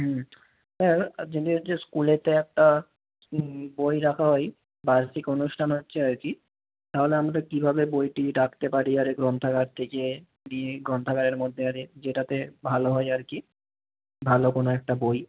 হুম sir urgently আজকে স্কুলেতে একটা বই রাখা হয় বার্ষিক অনুষ্ঠান হচ্ছে আর কি তাহলে আমরা কীভাবে বইটি রাখতে পারি আর গ্রন্থাগার থেকে নিয়ে গ্রন্থাগারের মধ্যে আর যেটাতে ভালো হয় আর কি ভালো কোনও একটা বই